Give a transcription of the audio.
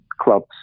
clubs